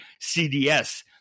CDS